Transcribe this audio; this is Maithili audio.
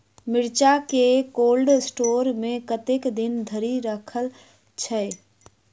मिर्चा केँ कोल्ड स्टोर मे कतेक दिन धरि राखल छैय?